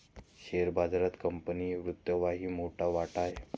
share बाजारात company वित्तचाही मोठा वाटा आहे